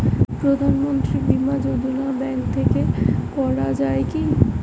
প্রধানমন্ত্রী বিমা যোজনা ব্যাংক থেকে করা যায় কি?